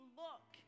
look